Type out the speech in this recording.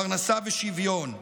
פרנסה ושוויון.